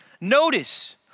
Notice